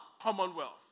commonwealth